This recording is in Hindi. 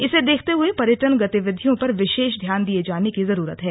इसे देखते हुए पर्यटन गतिविधियों पर विशेष ध्यान दिये जाने की जरूरत है